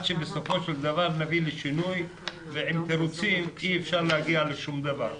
שבסופו של דבר נביא לשינוי ועם תירוצים אי אפשר להגיע לשום דבר,